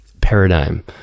paradigm